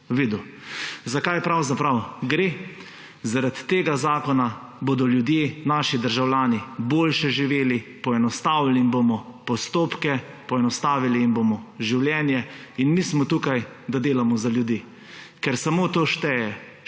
Za kaj pravzaprav gre? Zaradi tega zakona bodo ljudje, naši državljani boljše živeli, poenostavili jim bomo postopke, poenostavili jim bomo življenje in mi smo tukaj, da delamo za ljudi. Ker samo to šteje.